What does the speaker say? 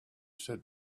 said